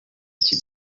iki